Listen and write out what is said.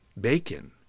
Bacon